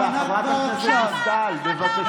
הזמן שלו עבר לפני שלוש דקות.